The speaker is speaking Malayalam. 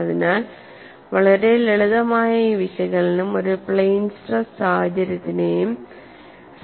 അതിനാൽ വളരെ ലളിതമായ ഈ വിശകലനം ഒരു പ്ലെയ്ൻ സ്ട്രെസ്